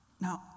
Now